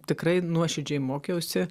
tikrai nuoširdžiai mokiausi